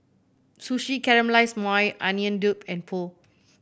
Sushi Caramelize Maui Onion and Pho